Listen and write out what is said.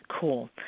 cool